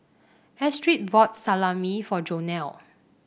Astrid bought Salami for Jonell